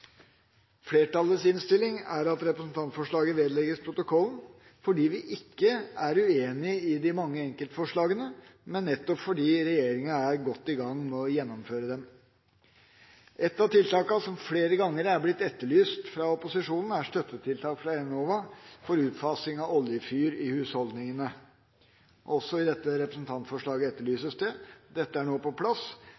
Flertallets innstilling er at representantforslaget vedlegges protokollen, fordi vi ikke er uenig i de mange enkeltforslagene, men nettopp fordi regjeringa er godt i gang med å gjennomføre dem. Et av tiltakene som flere ganger er blitt etterlyst fra opposisjonen, er støttetiltak fra Enova for utfasing av oljefyr i husholdningene. Også i dette representantforslaget